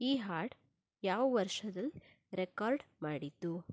ಈ ಹಾಡು ಯಾವ ವರ್ಷದಲ್ಲಿ ರೆಕಾರ್ಡ್ ಮಾಡಿದ್ದು